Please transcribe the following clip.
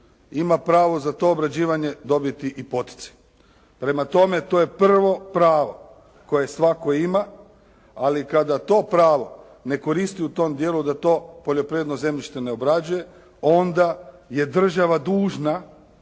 ima pravo za to obrađivanje dobiti i poticaj. Prema tome, to je prvo pravo koje svatko ima, ali kada to pravo ne koristi u tom djelu da to poljoprivredno zemljište ne obrađuje, onda je država dužna,